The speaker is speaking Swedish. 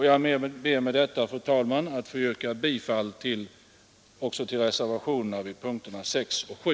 Jag ber med detta, fru talman, att få yrka bifall också till reservationerna C, D 1 och D 2 vid punkterna 6 och 7.